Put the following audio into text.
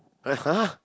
like har